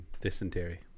Dysentery